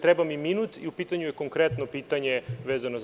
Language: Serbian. Treba mi minut i u pitanju je konkretno pitanje vezano za…